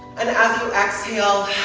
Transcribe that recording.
and as you exhale,